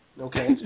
Okay